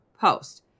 post